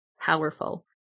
powerful